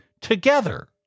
together